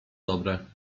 dobre